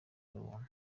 ubuntu